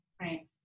Right